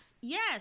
Yes